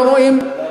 לא רואים,